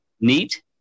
neat